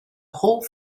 whole